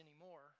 anymore